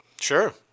Sure